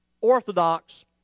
orthodox